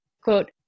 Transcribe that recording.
quote